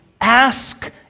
ask